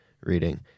reading